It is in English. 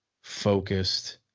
focused